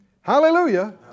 hallelujah